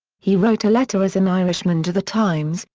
he wrote a letter as an irishman to the times,